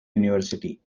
university